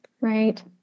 Right